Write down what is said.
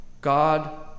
God